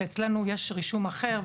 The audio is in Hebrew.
שאצלנו יש רישום אחר,